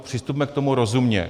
Přistupme k tomu rozumně.